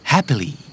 Happily